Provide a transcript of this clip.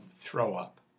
throw-up